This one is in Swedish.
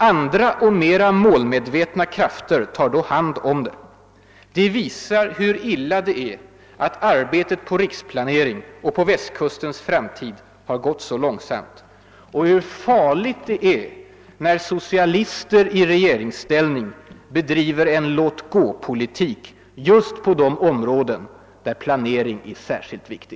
Andra och mera målhnedvetna krafter tar hand om det. Det visar hur illa det är att arbetet på riksplaneringen har gått så långsamt och hur farligt det är när socialister i regeringsställning bedriver en låt-gå-politik just på de områden där planering är särskilt viktig.